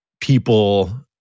people